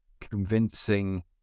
convincing